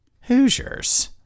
Hoosiers